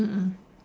mm mm